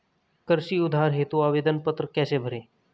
कृषि उधार हेतु आवेदन पत्र कैसे भरें?